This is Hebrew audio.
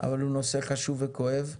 אבל הוא נושא חשוב וכואב.